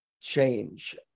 change